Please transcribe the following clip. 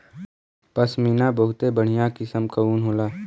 पश्मीना बहुते बढ़िया किसम क ऊन होला